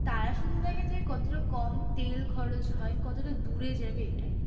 তারা শুধু দেখে যে কতটা কম তেল খরচ হয় কতটা দূরে যাবে এটাই